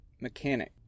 mechanic